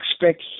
expect